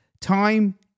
Time